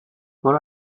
برو